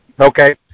Okay